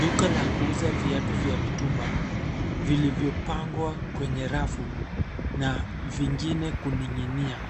Duka la kuuza viatu vya mitumba vilivyopangwa kwenye rafu na vingine kunin'ginia.